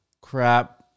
Crap